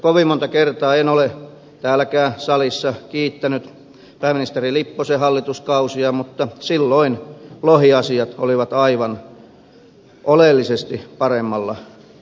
kovin monta kertaa en ole täälläkään salissa kiittänyt pääministeri lipposen hallituskausia mutta silloin lohiasiat olivat aivan oleellisesti paremmalla tolalla